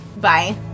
Bye